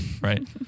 right